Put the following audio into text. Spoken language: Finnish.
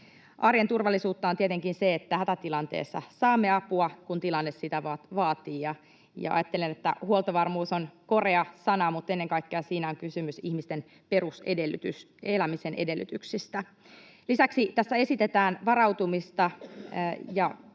Arjen turvallisuutta on tietenkin se, että hätätilanteessa saamme apua, kun tilanne sitä vaatii. Ajattelen, että huoltovarmuus on korea sana mutta ennen kaikkea siinä on kysymys ihmisten elämisen perus-edellytyksistä. Lisäksi tässä esitetään varautumista